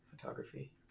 Photography